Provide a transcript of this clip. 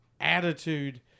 Attitude